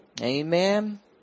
Amen